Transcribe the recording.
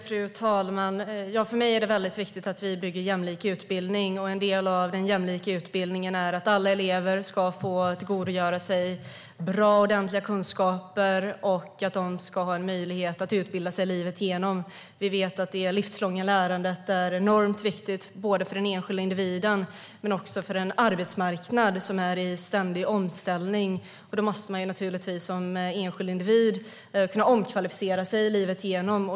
Fru talman! För mig är det viktigt att vi bygger jämlik utbildning. En del av den jämlika utbildningen är att alla elever ska få tillgodogöra sig bra och ordentliga kunskaper och att de ska ha möjlighet att utbilda sig livet igenom. Vi vet att det livslånga lärandet är enormt viktigt både för den enskilda individen och för en arbetsmarknad som är i ständig omställning. Då måste man som enskild individ kunna omkvalificera sig livet igenom.